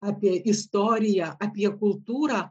apie istoriją apie kultūrą